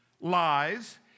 lies